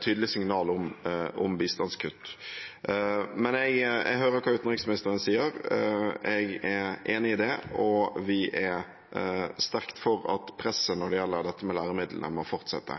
tydelig signal om bistandskutt. Men jeg hører hva utenriksministeren sier, jeg er enig i det, og vi er sterkt for at presset når det gjelder dette med læremidlene, må fortsette.